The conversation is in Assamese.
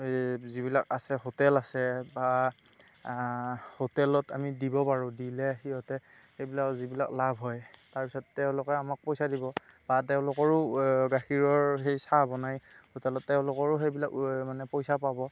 যিবিলাক আছে হোটেল আছে বা হোটেলত আমি দিব পাৰোঁ দিলে সিহঁতে সেইবিলাক যিবিলাক লাভ হয় তাৰ পিছত তেওঁলোকে আমাক পইচা দিব বা তেওঁলোকৰো গাখীৰৰ সেই চাহ বনায় হোটেলত তেওঁলোকৰো সেইবিলাক মানে পইচা পাব